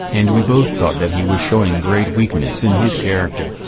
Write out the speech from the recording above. and we both thought that he was showing great weakness in his character,